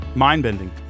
Mind-bending